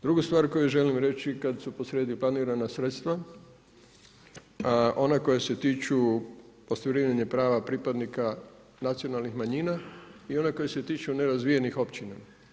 Drugu stvar koju želim reći kada su po srijedi planirana sredstva, ona koja se tiču ostvarivanja prava pripadnika nacionalnih manjina i ona koja se tiču nerazvijenih općina.